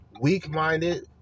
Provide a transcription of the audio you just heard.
weak-minded